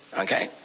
ok?